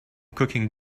cooking